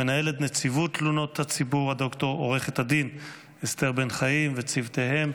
מנהלת נציבות תלונות הציבור הד"ר עו"ד אסתר בן חיים וצוותיהם.